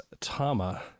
tama